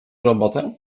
robotę